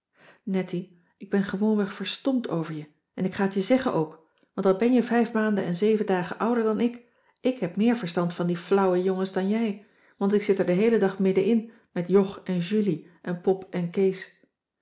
nettie ik ben gewoonweg verstomd over je en ik ga t je zeggen ook want al ben jij vijf maanden en zeven dagen ouder dan ik ik heb meer verstand van die flauwe jongens dan jij want ik zit er den heelen dag middenin met jog en julie en pop en kees